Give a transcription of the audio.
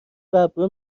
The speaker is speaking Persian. ببرا